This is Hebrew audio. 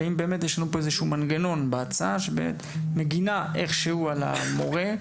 והאם יש לנו בהצעה איזשהו מנגנון שמגן איכשהו על המורה.